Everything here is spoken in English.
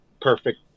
perfect